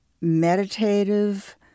meditative